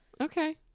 Okay